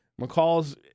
McCall's